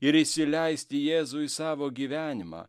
ir įsileisti jėzų į savo gyvenimą